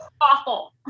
awful